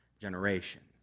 generations